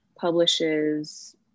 publishes